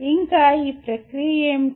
ఇంకా ఈ ప్రక్రియ ఏమిటి